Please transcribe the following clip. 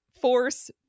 force